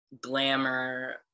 glamour